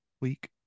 week